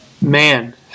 man